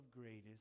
greatest